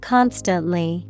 Constantly